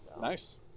Nice